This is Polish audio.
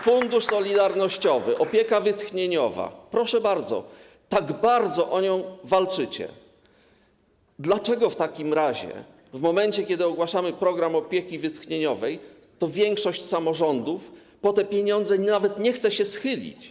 Fundusz Solidarnościowy, opieka wytchnieniowa - proszę bardzo, tak bardzo o nią walczycie, dlaczego w takim razie w momencie, kiedy ogłaszamy program opieki wytchnieniowej, większość samorządów po te pieniądze nawet nie chce się schylić?